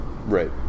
Right